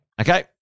Okay